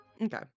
Okay